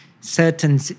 certain